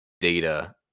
data